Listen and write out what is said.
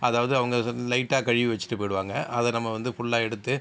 அதாவது அவங்க லைட்டாக கழுவி வச்சுட்டு போயிடுவாங்கள் அதை நம்ம வந்து ஃபுல்லாக எடுத்து